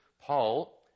Paul